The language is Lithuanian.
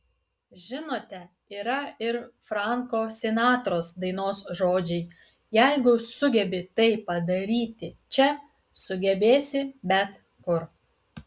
žinote yra ir franko sinatros dainos žodžiai jeigu sugebi tai padaryti čia sugebėsi bet kur